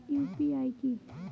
UPI কি?